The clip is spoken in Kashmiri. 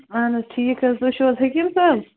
اہن حظ ٹھیٖک حظ تُہۍ چھُو حظ حٔکیٖم صٲب